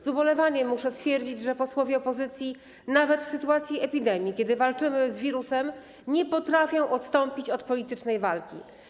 Z ubolewaniem muszę stwierdzić, że posłowie opozycji nawet w sytuacji epidemii, kiedy walczymy z wirusem, nie potrafią odstąpić od politycznej walki.